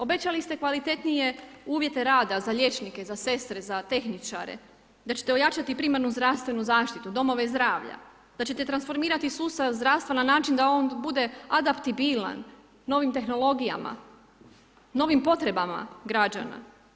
Obećali ste kvalitetnije uvjete rada za liječnike, za sestre, za tehničare, da ćete ojačati primarnu zdravstvenu zaštitu, domove zdravalja, da ćete transformirati sustav zdravstva na način da on bude adaptibilan, novim tehnologijama, novim potrebama građana.